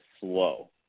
slow